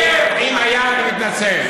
אם היה, אני מתנצל.